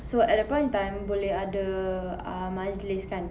so at that point in time boleh ada uh majlis kan